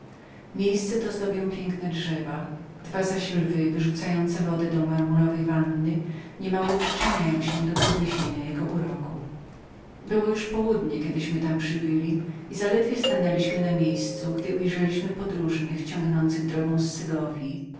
miejsce to zdobią piękne drzewa dwa zaś lwy wyrzucające wodę do marmurowajmarmurowej wanny nie mało przyczyniają się do podniesienia jego uroku było już południe kiedyśmy tam przybyli i zaledwie stanęliśmy na miejscu gdy ujrzeliśmy wielu podróżnych ciągnących drogą